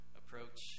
approach